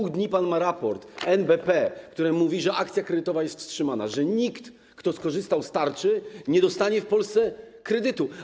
Ma pan raport NBP sprzed 2 dni, który mówi, że akcja kredytowa jest wstrzymana, że nikt, kto skorzystał z tarczy, nie dostanie w Polsce kredytu.